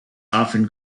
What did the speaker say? often